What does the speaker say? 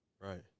right